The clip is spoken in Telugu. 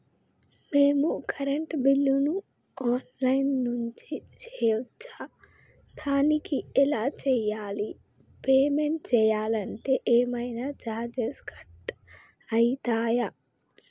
మేము కరెంటు బిల్లును ఆన్ లైన్ నుంచి చేయచ్చా? దానికి ఎలా చేయాలి? పేమెంట్ చేయాలంటే ఏమైనా చార్జెస్ కట్ అయితయా?